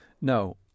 no